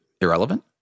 Irrelevant